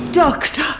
Doctor